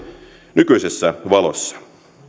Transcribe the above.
nykyisessä valossa